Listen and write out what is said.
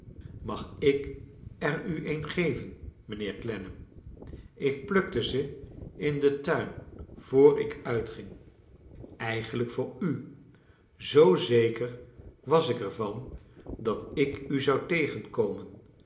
mag ik er u een geven mijnheer clennam ik plukte ze in den tuin voor ik uitging eigenlijk voor u zoo zeker was ik er van dat ik u zou tegenkomen